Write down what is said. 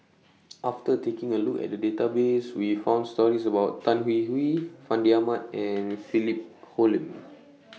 after taking A Look At The Database We found stories about Tan Hwee Hwee Fandi Ahmad and Philip Hoalim